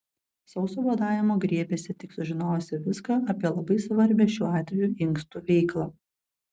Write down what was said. sauso badavimo griebėsi tik sužinojusi viską apie labai svarbią šiuo atveju inkstų veiklą